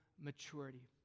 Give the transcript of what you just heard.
maturity